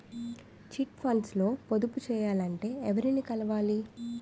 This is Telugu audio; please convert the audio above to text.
చిట్ ఫండ్స్ లో పొదుపు చేయాలంటే ఎవరిని కలవాలి?